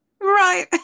Right